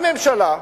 הממשלה,